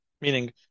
Meaning